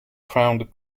crowned